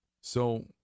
So